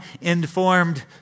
informed